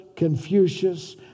Confucius